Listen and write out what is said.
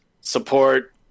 support